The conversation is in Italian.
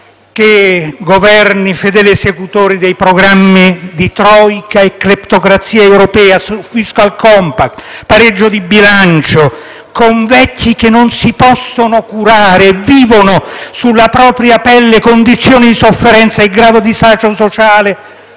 di Governi fedeli esecutori dei programmi di *troika* e cleptocrazia europea su *fiscal compact*, pareggio di bilancio, con vecchi che non si possono curare e vivono sulla propria pelle condizioni di sofferenza e grave disagio sociale,